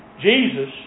Jesus